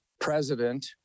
president